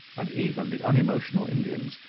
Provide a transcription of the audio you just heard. and even the unemotional indians,